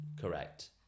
correct